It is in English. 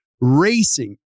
racing